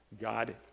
God